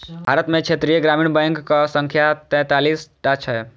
भारत मे क्षेत्रीय ग्रामीण बैंकक संख्या तैंतालीस टा छै